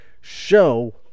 show